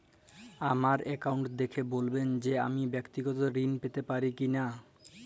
আমার অ্যাকাউন্ট দেখে বলবেন যে আমি ব্যাক্তিগত ঋণ পেতে পারি কি না?